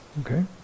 Okay